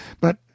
But